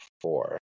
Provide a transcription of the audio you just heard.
four